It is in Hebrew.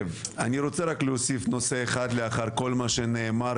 כי אלה שני המקומות